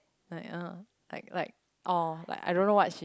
like uh like like orh like I don't what she